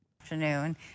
afternoon